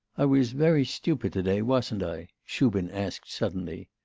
i was very stupid to-day, wasn't i shubin asked suddenly.